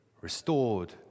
restored